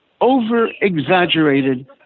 over-exaggerated